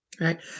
Right